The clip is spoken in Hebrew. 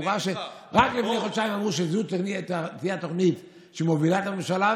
חבורה שרק לפני חודשיים אמרו שתהיה תוכנית שמובילה את הממשלה,